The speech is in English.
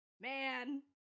Man